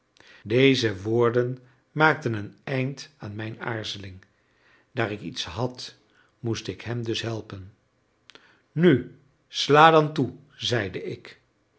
deze woorden maakten een eind aan mijn aarzeling daar ik iets had moest ik hem dus helpen nu sla dan toe zeide ik